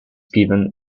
given